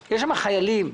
יש חיילים,